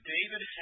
David